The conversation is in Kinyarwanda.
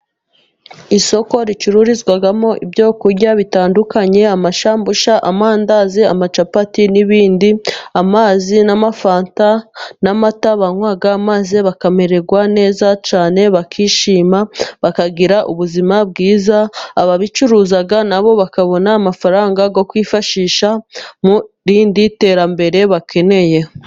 Isoko ricururizwamo ibyo kurya bitandukanye amashambusha, amandazi, amacapati n'ibindi amazi n'amafanta n'amata banywa maze bakamererwa neza cyane, bakishima bakagira ubuzima bwiza, ababicuruza na bo bakabona amafaranga yo kwifashisha mu rindi terambere bakeneye.